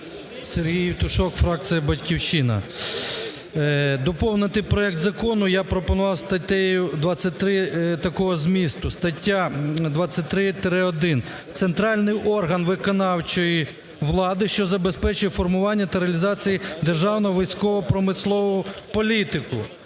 Сергій Євтушок, фракція "Батьківщина". Доповнити проект закону я пропонував статтею 23 такого змісту: "Стаття 23-1. Центральний орган виконавчої влади, що забезпечує формування та реалізує державну військово-промислову політику".